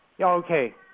okay